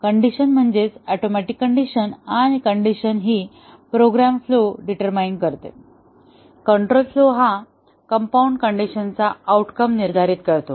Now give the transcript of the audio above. condition म्हणजेच atomic condition आणि condition हि प्रोग्राम फ्लोडिटरमाईन करते कंट्रोल फ्लोहा कंपाऊंड कंडिशनचा ऑउटकॉम निर्धारित करतो